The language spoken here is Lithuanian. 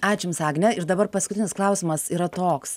ačiū jums agne ir dabar paskutinis klausimas yra toks